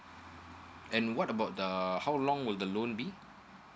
then what about the uh how long will the loan be